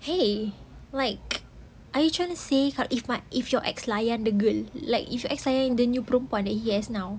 !hey! like are you trying to say if my if your ex layan the girl like if ex sayang the new perempuan he has now